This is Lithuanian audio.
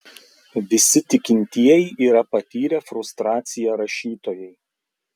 visi tikintieji yra patyrę frustraciją rašytojai